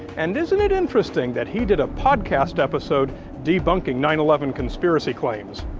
and isn't it interesting that he did a podcast episode debunking nine eleven conspiracy claims?